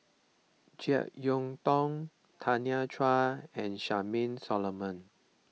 Jek Yeun Thong Tanya Chua and Charmaine Solomon